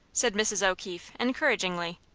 said mrs. o'keefe, encouragingly.